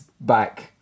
back